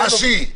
אשי,